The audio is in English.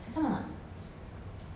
handsome or not